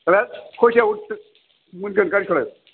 हो खयथायावथो मोनगोन गारिखौलाय